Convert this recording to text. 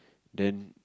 then